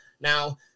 now